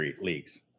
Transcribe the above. leagues